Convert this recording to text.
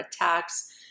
attacks